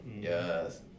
Yes